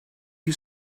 you